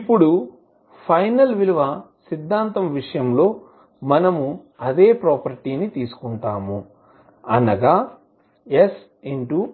ఇప్పుడు ఫైనల్ విలువ సిద్ధాంతం విషయంలో మనము అదే ప్రాపర్టీ ని తీసుకుంటాము అనగా sFs